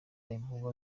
inkuba